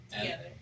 Together